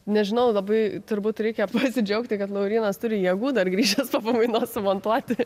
nežinau labai turbūt reikia pasidžiaugti kad laurynas turi jėgų dar grįžęs po pamainos sumontuoti